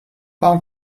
prawn